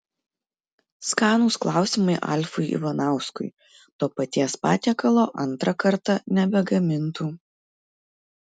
skanūs klausimai alfui ivanauskui to paties patiekalo antrą kartą nebegamintų